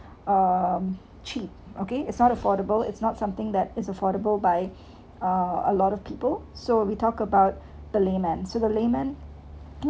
um cheap okay it's not affordable it's not something that is affordable by uh a lot of people so we talked about the layman so the layman